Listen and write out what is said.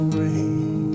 rain